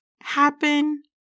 happen